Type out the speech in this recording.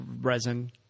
resin